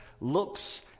looks